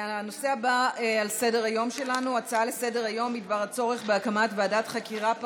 בנושא: דוח מחלקת המחקר והמידע של הכנסת מצביע על עיכוב